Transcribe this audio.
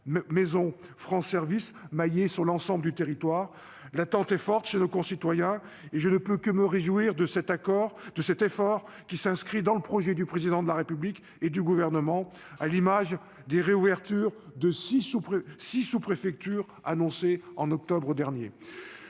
maisons France Services, avec un maillage de l'ensemble du territoire. L'attente est forte chez nos concitoyens, et je ne peux que me réjouir de cet effort qui s'inscrit dans le projet du Président de la République et du Gouvernement, à l'image des réouvertures de six sous-préfectures annoncées en octobre dernier.